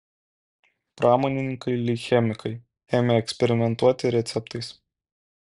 pramonininkai lyg chemikai ėmė eksperimentuoti receptais